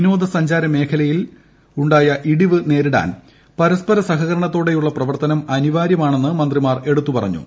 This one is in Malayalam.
വിനോദസഞ്ചാര മേഖലയിലുായ ഇടിവ് നേരിടാൻ പരസ്പര സഹകരണത്തോടെയുള്ള പ്രവർത്തനം അനിവാര്യമാണെന്ന് മന്ത്രിമാർ എടുത്തുപറഞ്ഞു